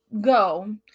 Go